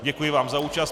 Děkuji vám za účast.